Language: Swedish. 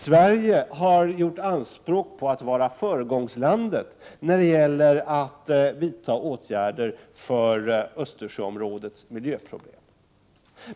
Sverige har gjort anspråk på att vara föregångslandet när det gäller vidtagande av åtgärder mot Östersjöområdets miljöproblem.